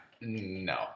No